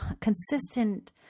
consistent